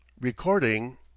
Recording